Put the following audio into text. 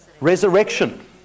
resurrection